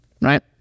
right